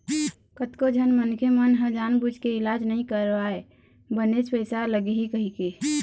कतको झन मनखे मन ह जानबूझ के इलाज नइ करवाय बनेच पइसा लगही कहिके